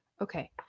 Okay